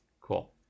Cool